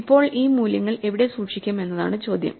ഇപ്പോൾ ഈ മൂല്യങ്ങൾ എവിടെ സൂക്ഷിക്കും എന്നതാണ് ചോദ്യം